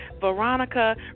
Veronica